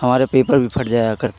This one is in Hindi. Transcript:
हमारे पेपर भी फट जाया करते